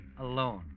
alone